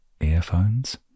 earphones